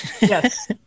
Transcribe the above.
Yes